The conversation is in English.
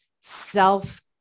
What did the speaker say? self